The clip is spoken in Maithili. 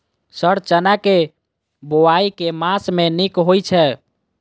सर चना केँ बोवाई केँ मास मे नीक होइ छैय?